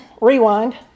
rewind